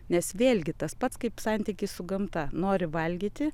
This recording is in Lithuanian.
nes vėlgi tas pats kaip santykį su gamta nori valgyti